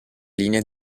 linea